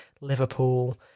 Liverpool